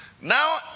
Now